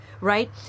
right